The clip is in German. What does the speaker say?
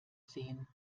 sehen